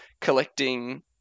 collecting